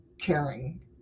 caring